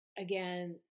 again